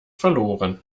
verloren